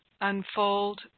unfold